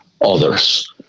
others